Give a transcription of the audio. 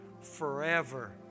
forever